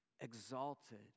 exalted